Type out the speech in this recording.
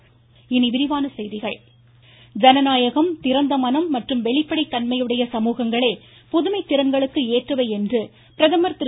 பிரதமர் ஜப்பான் ஜனநாயகம் திறந்த மனம் மற்றும் வெளிப்படை தன்மையுடைய சமூகங்களே புதுமை திறன்களுக்கு ஏற்றவை என்று பிரதமர் திரு